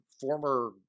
former